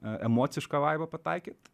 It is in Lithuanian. emocišką vaibą pataikyti